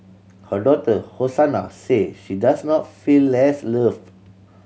her daughter Hosanna say she does not feel less loved